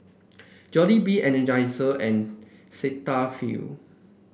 Jollibee Energizer and Cetaphil